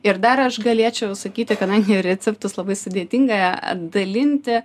ir dar aš galėčiau sakyti kadangi receptus labai sudėtinga dalinti